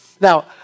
Now